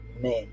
men